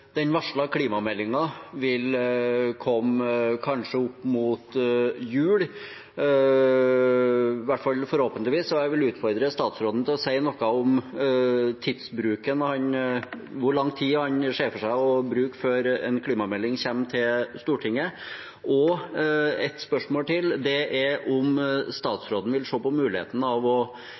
den varslede klimameldingen vil komme kanskje opp mot jul, forhåpentligvis. Jeg vil utfordre statsråden til å si noe om tidsbruken, hvor lang tid han ser for seg å bruke før en klimamelding kommer til Stortinget. Ett spørsmål til: Vil statsråden se på muligheten for å